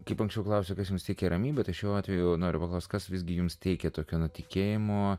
kaip anksčiau klausė kas mus iki ramybės šiuo atveju noriu paklausti kas visgi jums teikia tokio tikėjimo